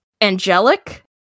angelic